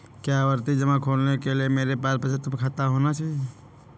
क्या आवर्ती जमा खोलने के लिए मेरे पास बचत खाता होना चाहिए?